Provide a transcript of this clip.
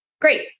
Great